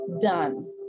done